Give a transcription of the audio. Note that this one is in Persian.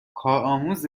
کارآموز